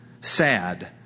Sad